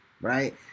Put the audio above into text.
right